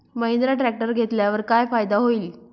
Mahindra tractor घेतल्यावर काय फायदा होईल?